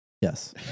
Yes